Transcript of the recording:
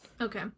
Okay